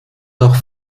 nach